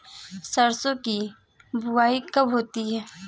सरसों की बुआई कब होती है?